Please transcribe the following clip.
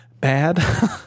bad